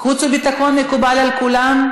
חוץ וביטחון מקובל על כולם?